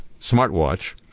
smartwatch